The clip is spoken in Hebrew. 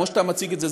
כמו שאתה מציג את זה,